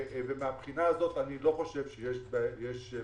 ומהבחינה הזאת אני לא חושב שיש בעיה.